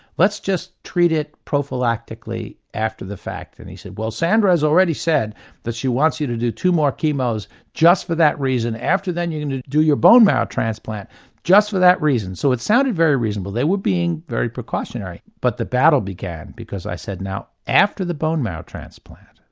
let's just treat it prophylactically after the fact. and he said well sandra's already said that she wants you to do two more chemos just for that reason, after that you can do your bone marrow transplant just for that reason. so it sounded very reasonable, they were being very precautionary but the battle began because i said now after the bone marrow transplant,